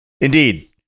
indeed